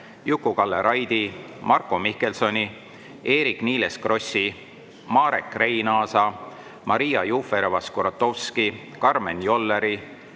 Juku-Kalle Raidi, Marko Mihkelsoni, Eerik-Niiles Krossi, Marek Reinaasa, Maria Jufereva-Skuratovski, Karmen Jolleri,